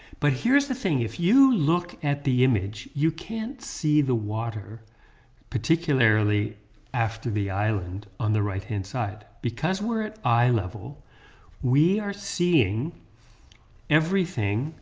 but here's the thing if you look at the image, you can't see the water particularly after the island on the right hand side because we're at eye level we are seeing everything